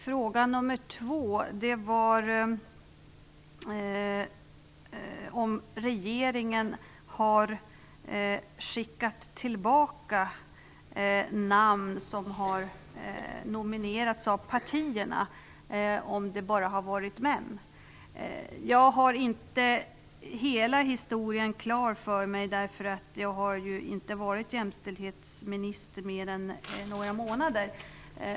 Den andra frågan gällde om regeringen har skickat tillbaka namn som har nominerats av partierna om det bara har varit fråga om män. Jag har inte hela historien klar för mig - jag har ju inte varit jämställdhetsminister i mer än några månader.